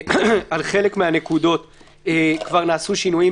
על חלק מהנקודות כבר נעשו שינויים,